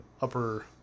upper